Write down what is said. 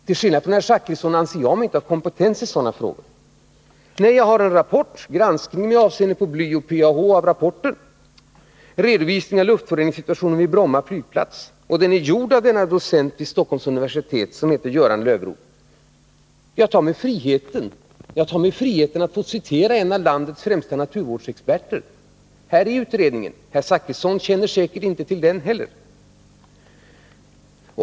Till skillnad från herr Zachrisson anser jag mig inte ha kompetens i sådana frågor. Nej, jag har en utredning, Granskning med avseende på bly och PAH, av rapporten Redovisning av luftföroreningssituationen vid Bromma flygplats. Den är gjord av den docent vid Stockholms universitet som heter Göran Löfroth. Och jag tar mig friheten att citera en av landets främsta naturvårdsexperter. Här är utredningen. Herr Zachrisson känner säkert inte till den heller.